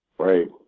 Right